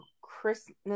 Christmas